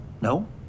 no